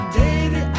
baby